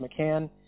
McCann